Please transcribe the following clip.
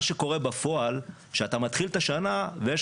מה שקורה בפועל שאתה מתחיל את השנה ויש